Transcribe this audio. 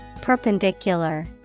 Perpendicular